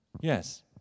Yes